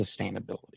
sustainability